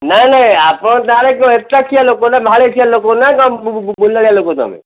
ନାଇ ନାଇ ଆପଣ ତାହେଲେ ଏକ୍ସଟ୍ରା ଖିଆ ଲୋକ ନା ମାହାଳିଆ ଖିଆ ଲୋକ ନା ବୁଲାଳିଆ ଲୋକ ତୁମେ